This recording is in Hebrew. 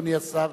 אדוני השר,